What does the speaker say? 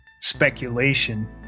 speculation